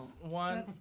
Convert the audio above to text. one